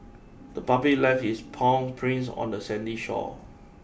the puppy left its paw prints on the sandy shore